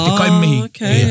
Okay